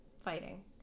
Fighting